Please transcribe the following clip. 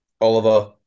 Oliver